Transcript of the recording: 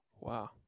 Wow